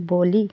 भोलि